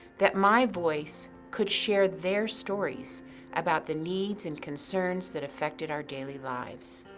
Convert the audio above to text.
that my voice could share their stories about the needs and concerns that affected our daily lives.